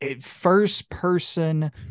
First-person